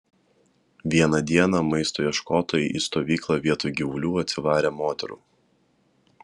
vieną dieną maisto ieškotojai į stovyklą vietoj gyvulių atsivarė moterų